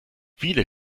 viele